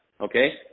okay